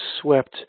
swept